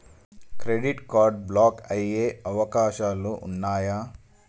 Credit card block అయ్యే అవకాశాలు ఉన్నయా?